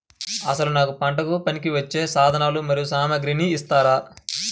అసలు నాకు పంటకు పనికివచ్చే సాధనాలు మరియు సామగ్రిని ఇస్తారా?